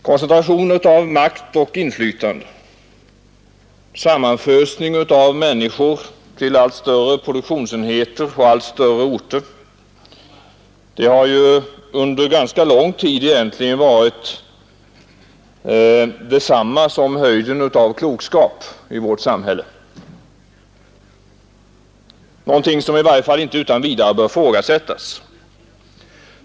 Koncentration av makt och inflytande, sammanfösning av människor till allt större produktionsenheter på allt större orter har ju under ganska lång tid varit detsamma som höjden av klokskap i vårt samhälle, någonting som i varje fall inte utan vidare bör ifrågasättas.